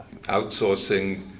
outsourcing